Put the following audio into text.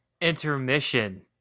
intermission